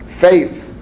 Faith